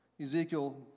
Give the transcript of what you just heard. Ezekiel